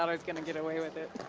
but was gonna get away with it.